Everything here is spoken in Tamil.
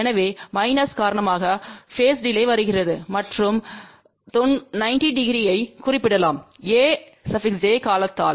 எனவே மைனஸ் காரணமாக பேஸ் டிலே வருகிறது மற்றும் 900ஐ குறிப்பிடலாம் a j காலத்தால்